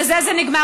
ובזה זה נגמר.